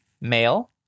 male